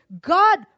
God